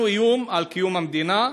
אנחנו איום על קיום המדינה,